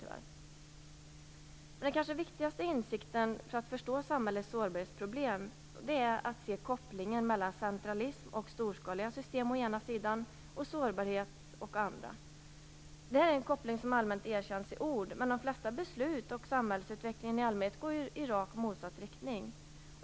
Det som kanske är viktigast för att förstå samhällets sårbarhetsproblem är att se kopplingen mellan centralism och storskaliga system å ena sidan och sårbarhet å andra sidan. Det är en koppling som allmänt erkänns i ord. Men de flesta beslut, liksom samhällsutvecklingen i allmänhet, går i rakt motsatt riktning.